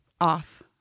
off